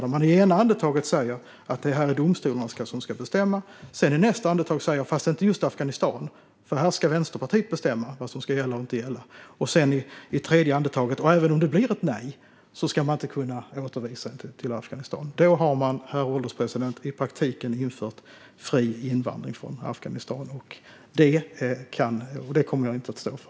I ena andetaget säger man att det är domstolarna som ska bestämma. I andra andetaget säger man att det inte ska gälla just Afghanistan, för då ska Vänsterpartiet bestämma vad som ska gälla och inte gälla. Sedan, i tredje andetaget, säger man att det inte ska gå att återvisa till Afghanistan även om det blir ett nej. Då har man, herr ålderspresident, infört fri invandring från Afghanistan. Det kommer jag inte att stå för.